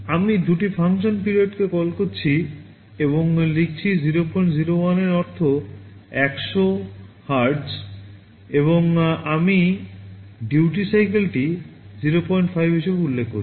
আমি দুটি ফাংশন পিরিয়ডকে কল করছি এবং লিখছি 001 এর অর্থ 100 হার্জ এবং আমি duty cycle 05 হিসাবে উল্লেখ করছি